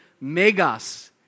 megas